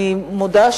אני מודה,